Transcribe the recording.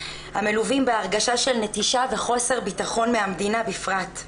המלווים בהרגשה של נטישה וחוסר ביטחון מהמדינה בפרט.